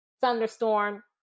thunderstorm